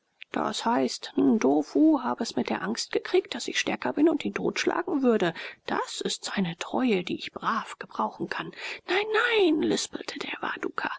das heißt ndofu hat es mit der angst gekriegt daß ich stärker bin und ihn totschlagen würde das ist seine treue die ich brav gebrauchen kann nein nein lispelte der